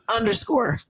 Underscore